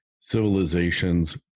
Civilizations